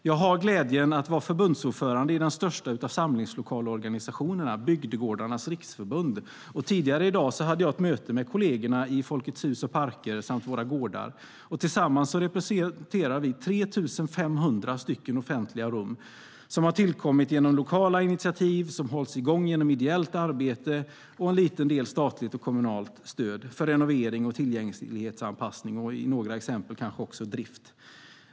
Jag har glädjen att vara förbundsordförande i den största av samlingslokalorganisationerna, Bygdegårdarnas Riksförbund, och tidigare i dag hade jag ett möte med kollegerna i Folkets Hus och Parker, samt Våra Gårdar. Tillsammans representerar vi 3 500 offentliga rum, som tillkommit genom lokala initiativ och som hålls i gång genom ideellt arbete och genom en liten del statligt och kommunalt stöd för renovering och tillgänglighetsanpassning samt i några fall för drift.